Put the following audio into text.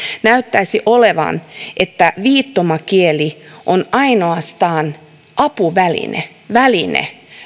näyttäisi olevan että viittomakieli on ainoastaan apuväline väline